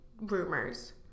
rumors